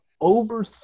over